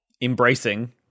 embracing